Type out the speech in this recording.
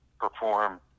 perform